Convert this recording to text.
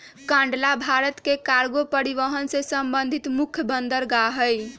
कांडला भारत के कार्गो परिवहन से संबंधित मुख्य बंदरगाह हइ